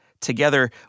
Together